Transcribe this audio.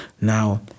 Now